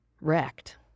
wrecked